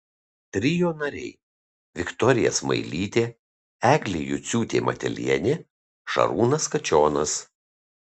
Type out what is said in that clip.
trio nariai viktorija smailytė eglė juciūtė matelienė šarūnas kačionas